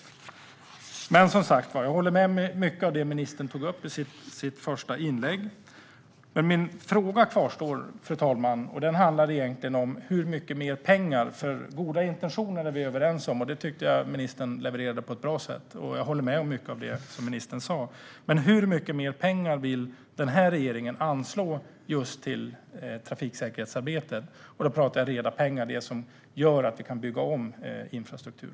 Jag håller som sagt med om mycket av det som ministern tog upp i sitt första inlägg. Men min fråga kvarstår, fru ålderspresident. Goda intentioner är vi överens om. Det levererade ministern på ett bra sätt. Och jag håller med om mycket av det som ministern sa. Men hur mycket mer pengar vill den här regeringen anslå till just trafiksäkerhetsarbetet? Då menar jag reda pengar, det som gör att vi kan bygga om infrastruktur.